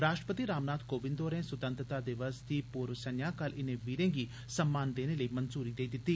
राष्ट्रपति रामनाथ कोविंद होरें सुतैंत्रता दिवस दी पूर्व संजा कल इनें वीरें गी सम्मान देने लेई मंजूरी देई दिती